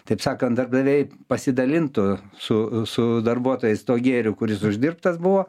taip sakant darbdaviai pasidalintų su su darbuotojais tuo gėriu kuris uždirbtas buvo